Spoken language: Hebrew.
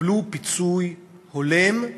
יקבלו פיצוי הולם,